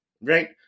right